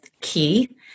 key